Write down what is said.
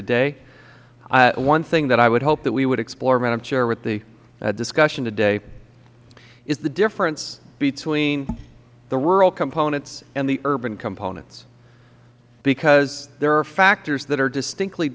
today one thing that i would hope that we would explore madam chair with the discussion today is the difference between the rural components and the urban components because there are factors that are distinctly